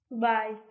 Bye